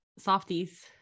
softies